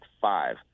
five